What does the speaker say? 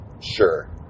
sure